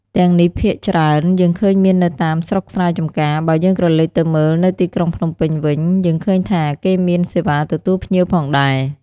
ទាំងនេះភាគច្រើនយើងឃើញមាននៅតាមស្រុកស្រែចំការ បើយើងក្រឡេកទៅមើលនៅទីក្រុងភ្នំពេញវិញ យើងឃើញថាគេមានសេវាទទួលភ្ញៀវផងដែរ។